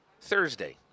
Thursday